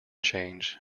change